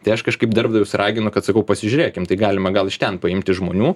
tai aš kažkaip darbdavius raginu kad sakau pasižiūrėkim tai galima gal iš ten paimti žmonių